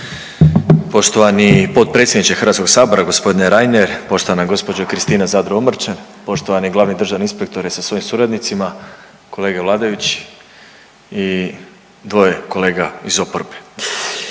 Poštovani potpredsjedniče HS-a g. Reiner, poštovana gospođo Kristina Zadro Omrčen, poštovani državni inspektore sa svojim suradnicima, kolege vladajući i dvoje kolege iz oporbe